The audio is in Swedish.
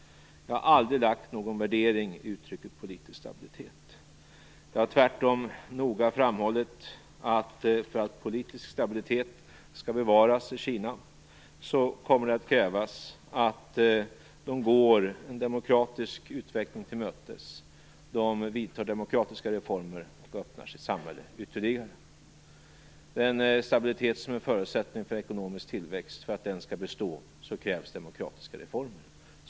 Jag har aldrig lagt någon värdering i uttrycket politisk stabilitet. Jag har tvärtom noga framhållit att för att politisk stabilitet skall bevaras i Kina kommer det att krävas att det går en demokratisk utveckling till mötes, vidtar demokratiska reformer och öppnar sitt samhälle ytterligare. Det är en stabilitet som är förutsättningen för ekonomisk tillväxt. För att den skall bestå krävs demokratiska reformer.